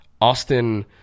Austin